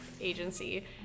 agency